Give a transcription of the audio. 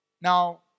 Now